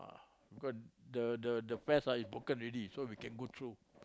because the the the fence is broken already so we can go through